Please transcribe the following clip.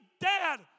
Dad